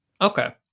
Okay